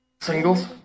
singles